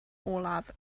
olaf